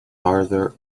farther